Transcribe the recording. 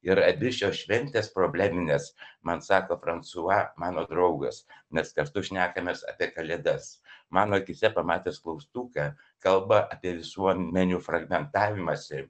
ir abi šios šventės probleminės man sako fransua mano draugas mes kartu šnekamės apie kalėdas mano akyse pamatęs klaustuką kalba apie visuomenių fragmentavimąsi